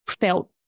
felt